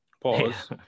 Pause